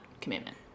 commitment